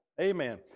Amen